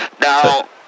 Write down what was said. Now